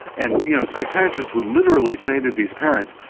and you know psychiatrists would literally say to these parents,